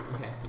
Okay